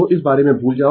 तो इस बारे में भूल जाओ